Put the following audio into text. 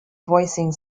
voicing